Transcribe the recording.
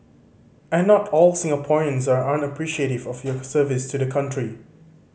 and not all Singaporeans are unappreciative of your service to the country